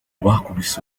bakubise